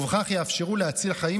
ובכך יאפשרו להציל חיים,